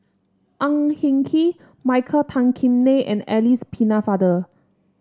Ang Hin Kee Michael Tan Kim Nei and Alice Pennefather